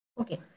okay